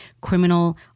criminal